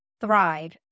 thrive